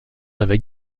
avec